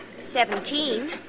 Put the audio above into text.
Seventeen